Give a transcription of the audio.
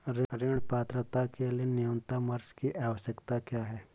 ऋण पात्रता के लिए न्यूनतम वर्ष की आवश्यकता क्या है?